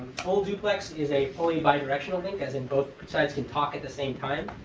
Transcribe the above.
full-duplex is a fully bidirectional link, as in, both sides can talk at the same time.